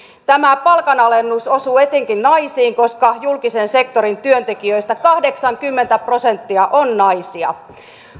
tämä palkanalennus osuu etenkin naisiin koska julkisen sektorin työntekijöistä kahdeksankymmentä prosenttia on naisia